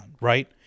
right